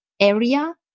area